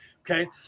Okay